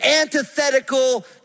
antithetical